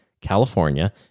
California